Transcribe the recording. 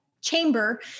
chamber